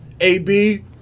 AB